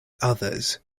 others